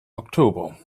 october